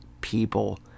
people